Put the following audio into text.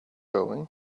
going